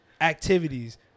activities